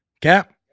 Cap